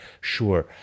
Sure